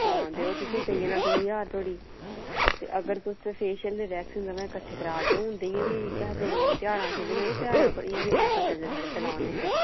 हां ते ओह् तुसेंगी पेई जाना दो ज्हार धोड़ी ते अगर तुस फेशियल ते वैक्सिंग दमें किट्ठे करा दे हून ते इं'या बी आखदे ध्यारें दा सीजन ऐ ते ध्यारें उप्पर इ'यां बी आफर चला दे साढ़े सैलून च